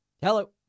Hello